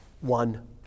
one